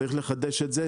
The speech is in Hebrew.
צריך לחדש את זה,